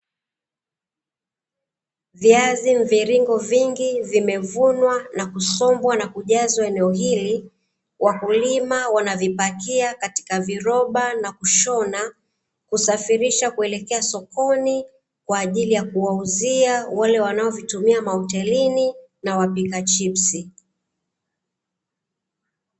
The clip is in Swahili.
Viazi mviringo vingi vimevunwa na kusombwa na kujazwa eneo hili, wakulima wanavipakia katika viroba na kushona, kusafirisha kuelekea sokoni kwa ajili ya kuwauzia wale wanaovitumia mahotelini na wapika chipsi.